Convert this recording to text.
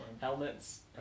Helmets